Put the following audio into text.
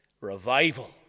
revival